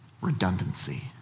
redundancy